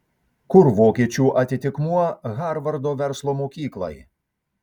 kur vokiečių atitikmuo harvardo verslo mokyklai